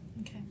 Okay